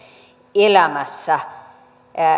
elämässä